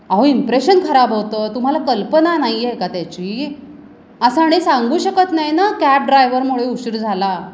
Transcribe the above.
अहो इम्प्रेशन खराब होतं तुम्हाला कल्पना नाही आहे का त्याची असं आणि सांगू शकत नाही ना कॅब ड्रायवरमुळे उशीर झाला